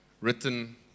written